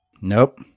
Nope